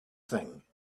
thing